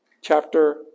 chapter